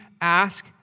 ask